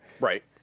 Right